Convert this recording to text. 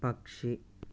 పక్షి